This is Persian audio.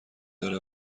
داره